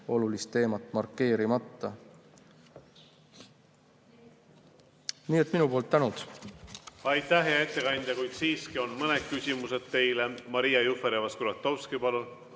olulist teemat markeerimata. Nii et minu poolt tänud. Aitäh, hea ettekandja! Kuid siiski on teile mõned küsimused. Maria Jufereva-Skuratovski, palun!